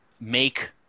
make